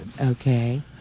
Okay